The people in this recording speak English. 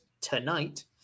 tonight